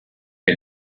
che